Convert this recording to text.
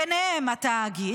בהם התאגיד.